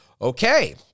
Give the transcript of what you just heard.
okay